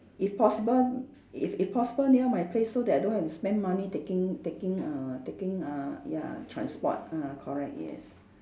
if possible if if possible near my place so that I don't have to spend money taking taking err taking err ya transport ah correct yes